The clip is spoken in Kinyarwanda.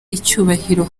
icyubahiro